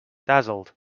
dazzled